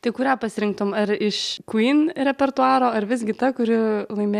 tai kurią pasirinktum ar iš kuyn repertuaro ar visgi ta kuri laimė